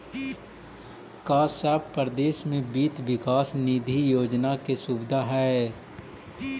का सब परदेश में वित्त विकास निधि योजना के सुबिधा हई?